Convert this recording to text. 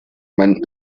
man